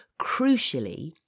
crucially